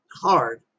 hard